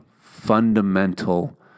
fundamental